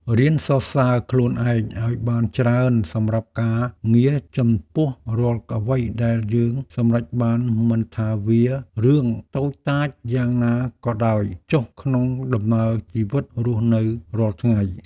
រៀនសរសើរខ្លួនឯងឱ្យបានច្រើនសម្រាប់ការងារចំពោះរាល់អ្វីដែលយើងសម្រេចបានមិនថាវារឿងតូចតាចយ៉ាងណាក៏ដោយចុះក្នុងដំណើរជីវិតរស់នៅរាល់ថ្ងៃ។